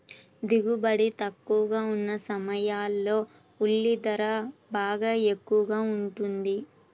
దిగుబడి తక్కువగా ఉన్న సమయాల్లో ఉల్లి ధర బాగా ఎక్కువగా ఉంటుంది